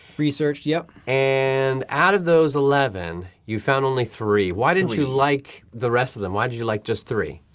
researched yeah and out of those eleven you found only three, why didn't you like the rest of them? why did you like just three?